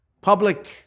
public